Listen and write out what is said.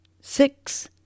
six